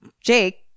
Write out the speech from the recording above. Jake